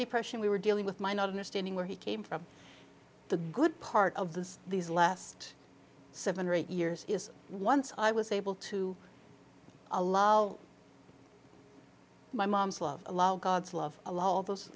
depression we were dealing with my not understanding where he came from the good part of this these last seven or eight years is once i was able to allow my mom's love allow god's love allow all those